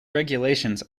regulations